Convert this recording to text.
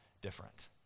different